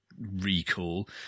recall